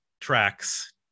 tracks